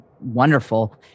wonderful